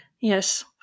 yes